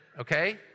okay